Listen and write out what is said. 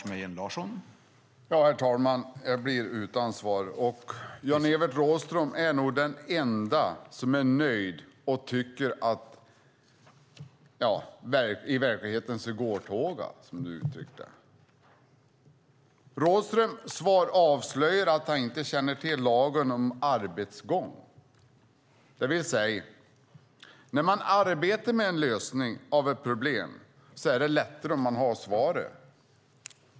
Herr talman! Jag blir utan svar. Jan-Evert Rådhström är nog den ende som är nöjd och tycker att i verkligheten går tågen, som du uttryckte dig. Rådhströms svar avslöjar att han inte känner till lagen om arbetsgång, det vill säga: När man arbetar med en lösning av ett problem är det lättare om man har svaret.